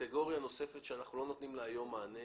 קטגוריה נוספת שאנחנו לא נותנים לה היום מענה